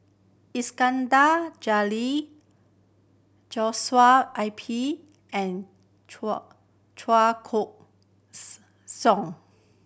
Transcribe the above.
Iskandar Jalil Joshua I P and Chua Chua Koon Siong